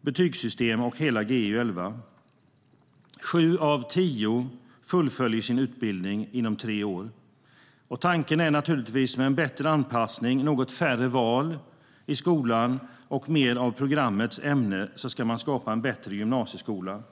betygssystem och hela Gy 2011. Sju av tio elever fullföljer sin utbildning inom tre år. Tanken är naturligtvis att med en bättre anpassning, något färre valmöjligheter i skolan och mer av programmets ämnen ska en bättre gymnasieskola skapas.